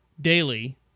daily